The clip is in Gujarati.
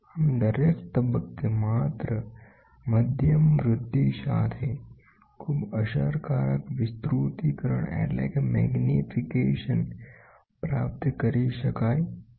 આમદરેક તબક્કે માત્ર મધ્યમ વૃદ્ધિ સાથે ખૂબ અસરકારક વિસ્તૃતિકરણ પ્રાપ્ત કરી શકાય છે